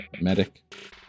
medic